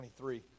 23